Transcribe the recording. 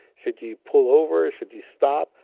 should you pull over? should you stop?